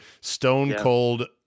stone-cold